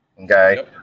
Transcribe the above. okay